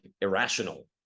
irrational